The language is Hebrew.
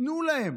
תנו להן.